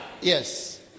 Yes